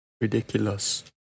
Ridiculous